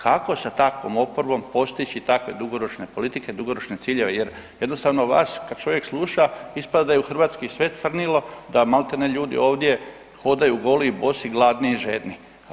Kako sa takvom oporbom postići takve dugoročne politike, dugoročne ciljeve, jer jednostavno vas kad čovjek sluša ispada da je u Hrvatskoj sve crnilo, da maltene ljudi ovdje hodaju goli i bosi, gladni i žedni.